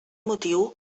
motiu